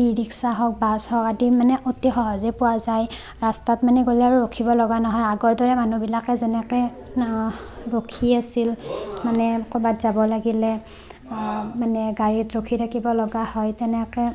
ই rickshaw হওক bus হওক আদি মানে অতি সহজে পোৱা যায় ৰাস্তাত মানে গ'লে আৰু ৰখিব লগা নহয় আগৰ দৰে মানুহবিলাকে যেনেকৈ ৰখি আছিল মানে ক'বাত যাব লাগিলে মানে গাড়ীত ৰখি থাকিব লগা হয় তেনেকৈ